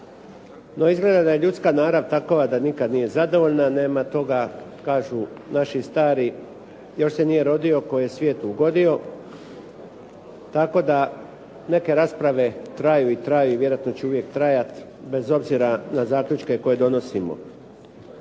No izgleda da je ljudska narav takva da nikad nije zadovoljna, nema toga kažu naši stari, još se nije rodio tko je svijetu ugodio tako da neke rasprave traju i traju i vjerojatno će uvijek trajati bez obzira na zaključke koje donosimo.